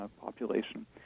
population